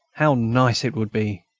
how nice it would be!